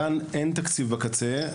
כאן אין תקציב בקצה.